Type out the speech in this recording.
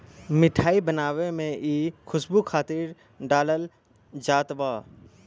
मिठाई बनावे में इ खुशबू खातिर डालल जात बा